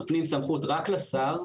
נותנים סמכות רק לשר,